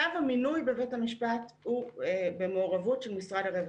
שלב המינוי בבית המשפט הוא במעורבות של משרד הרווחה.